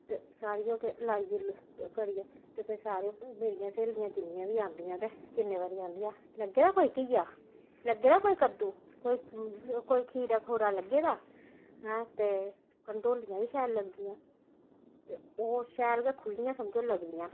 ते सारियां केह् लाइयै लू करियै ते फिर सारियां ते मेरियां स्हेलियां जिन्नियां बी औंदियां ते जिन्ने बारी औंदियां लग्गे दा कोई घीआ लग्गे दा कोई कद्दू कोई खीरा खूरा लग्गे दा हां ते घंडोलियां बी शैल लगदियां ते ओह् शैल गै खु'ल्लियां समझो लगदियां न